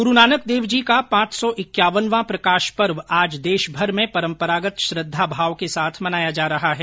गुरू नानक देव जी का पांच सौ इक्यावन वां प्रकाश पर्व आज देशभर में परंपरागत श्रद्वाभाव के साथ मनाया जा रहा है